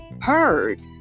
heard